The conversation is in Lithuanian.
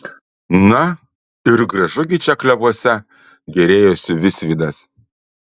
na ir gražu gi čia klevuose gėrėjosi visvydas